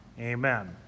Amen